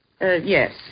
Yes